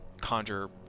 conjure